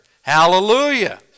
Hallelujah